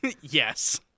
Yes